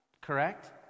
Correct